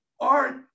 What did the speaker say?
Art